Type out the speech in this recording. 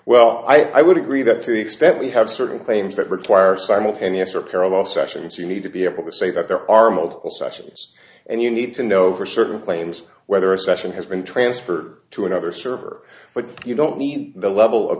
well i would agree that to the extent we have certain claims that require simultaneous or parallel sessions you need to be able to say that there are multiple sessions and you need to know for certain claims whether a session has been transferred to another server but you don't need the level of